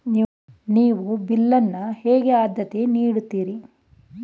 ನೀವು ಬಿಲ್ ಅನ್ನು ಹೇಗೆ ಆದ್ಯತೆ ನೀಡುತ್ತೀರಿ?